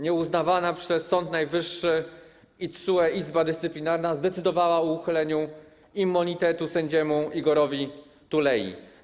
Nieuznawana przez Sąd Najwyższy i TSUE Izba Dyscyplinarna zdecydowała o uchyleniu immunitetu sędziemu Igorowi Tulei.